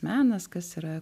menas kas yra